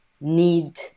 need